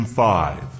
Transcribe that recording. five